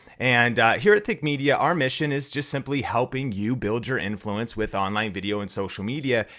and here at think media our mission is just simply helping you build your influence with online video and social media,